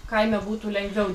kaime būtų lengviau